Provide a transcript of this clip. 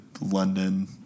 London